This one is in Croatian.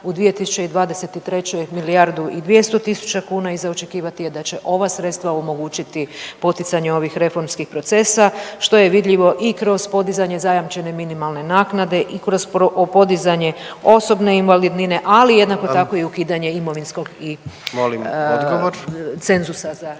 u 2023. milijardu i 200.000 kuna i za očekivati je da će ova sredstva omogućiti poticanje ovih reformskih procesa što je vidljivo i kroz podizanje zajamčene minimalne naknade i kroz podizanje osobne invalidnine ali jednako tako …/Upadica: Hvala./… i ukidanje imovinskog i cenzusa za